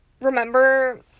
remember